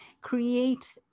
create